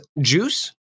juice